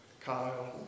Kyle